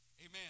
Amen